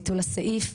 ביטול הסעיף.